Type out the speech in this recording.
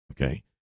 Okay